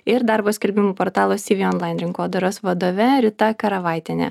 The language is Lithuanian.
ir darbo skelbimų portalo cv online rinkodaros vadove rita karavaitiene